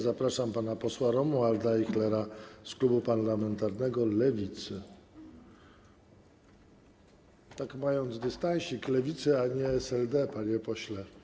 Zapraszam pana posła Romualda Ajchlera z klubu parlamentarnego Lewicy, tak mając dystansik, mówię, że Lewicy, a nie SLD, panie pośle.